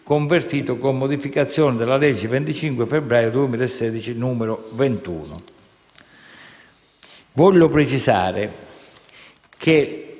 convertito con modificazioni dalla legge del 25 febbraio 2016, n. 21.